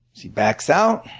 she backs out.